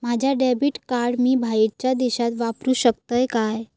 माझा debit card मी बाहेरच्या देशात वापरू शकतय काय?